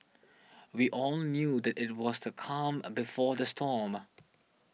we all knew that it was the calm before the storm